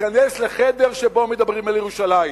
להיכנס לחדר שבו מדברים על ירושלים.